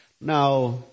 Now